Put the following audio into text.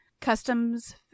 customs